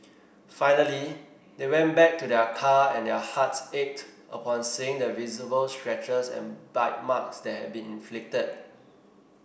finally they went back to their car and their hearts ached upon seeing the visible scratches and bite marks that had been inflicted